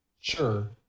Sure